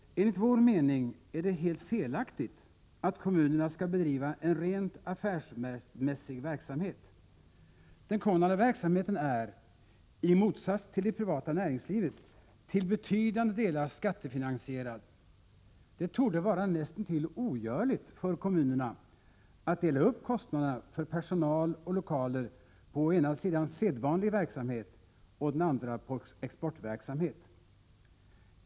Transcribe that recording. Enligt vår mening är det helt felaktigt att kommunerna skall bedriva en rent affärsmässig verksamhet. Den kommunala verksamheten är — i motsats till det privata näringslivet — till betydande delar skattefinansierad. Det torde vara nästintill ogörligt för kommunerna att dela upp kostnaderna för personal och lokaler på å ena sidan sedvanlig verksamhet, å andra exportverksamhet.